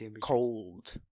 cold